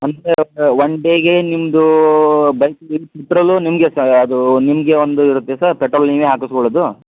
one ಡೇಗೆ ನಿಮ್ಮದು ಬೈಕಿಗೆ ಪೆಟ್ರೋಲು ನಿಮಗೆ ಸರ್ ಅದು ನಿಮಗೆ ಒಂದು ಇರುತ್ತೆ ಸರ್ ಪೆಟ್ರೋಲ್ ನೀವೇ ಹಾಕಿಸ್ಕೊಳ್ಳೋದು